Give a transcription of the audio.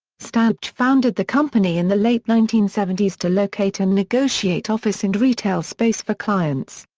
staubach founded the company in the late nineteen seventy s to locate and negotiate office and retail space for clients.